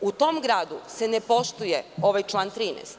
U tom gradu se ne poštuje ovaj član 13.